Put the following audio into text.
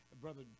Brother